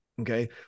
Okay